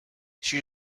she